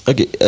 Okay